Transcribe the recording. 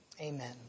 Amen